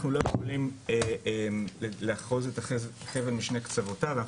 אנחנו לא יכולים לאחוז את החבל משני קצותיו,